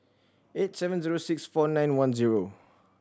eight seven zero six four nine one zero